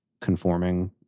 conforming